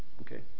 Okay